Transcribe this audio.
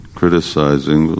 criticizing